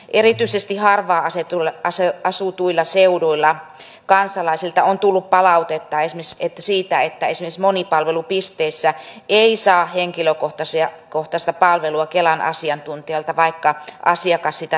erityisesti harvaan asutuilla seuduilla kansalaisilta on tullut palautetta siitä että esimerkiksi monipalvelupisteissä ei saa henkilökohtaista palvelua kelan asiantuntijalta vaikka asiakas sitä tarvitsisi